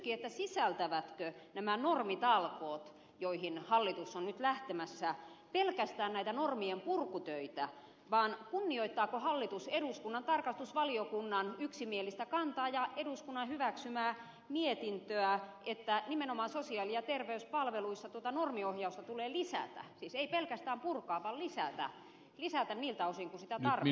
sisältävätkö nämä normitalkoot joihin hallitus on nyt lähtemässä pelkästään näitä normien purkutöitä vai kunnioittaako hallitus eduskunnan tarkastusvaliokunnan yksimielistä kantaa ja eduskunnan hyväksymää mietintöä että nimenomaan sosiaali ja terveyspalveluissa tuota normiohjausta tulee lisätä siis ei pelkästään purkaa vaan lisätä niiltä osin kuin sitä tarvitaan